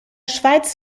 schweiz